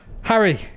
Harry